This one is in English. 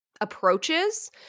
approaches